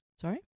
Sorry